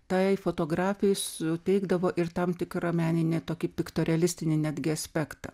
tai fotografijai suteikdavo ir tam tikrą meninę tokį piktą realistinį netgi aspektą